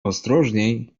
ostrożniej